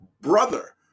brother